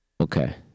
okay